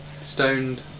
Stoned